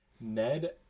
Ned